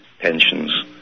pensions